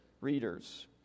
readers